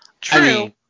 True